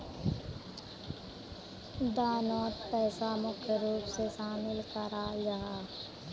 दानोत पैसा मुख्य रूप से शामिल कराल जाहा